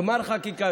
גמר חקיקה,